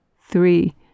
three